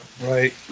Right